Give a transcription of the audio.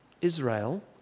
Israel